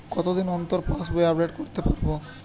কতদিন অন্তর পাশবই আপডেট করতে পারব?